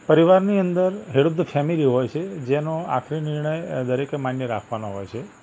પરિવારની અંદર head of the family હોય છે જેનો આખરી નિર્ણય દરેકે માન્ય રાખવાનો હોય છે